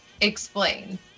explain